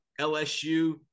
LSU